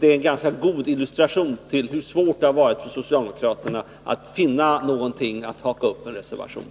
Det är en ganska god illustration till hur svårt det har varit för socialdemokraterna att finna någonting att haka upp en reservation på.